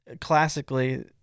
classically